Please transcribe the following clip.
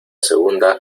segunda